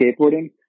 skateboarding